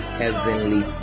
heavenly